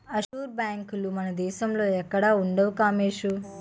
offshore బేంకులు మన దేశంలో ఎక్కడా ఉండవు కామోసు